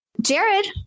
Jared